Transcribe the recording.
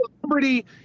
celebrity